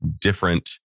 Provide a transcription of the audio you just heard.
different